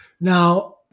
Now